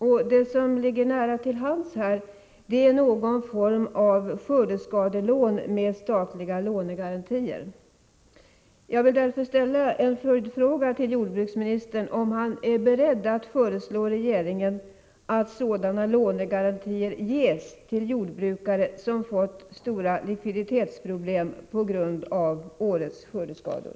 Det som här ligger nära till hands är någon form av skördeskadelån med statliga lånegarantier. Är jordbruksministern beredd att föreslå regeringen att sådana lånegarantier ges till jordbrukare som fått stora likviditetsproblem på grund av årets skördeskador?